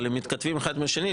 אבל הם מתכתבים אחד עם השני,